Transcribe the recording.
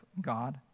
God